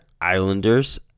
Islanders